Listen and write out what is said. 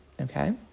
Okay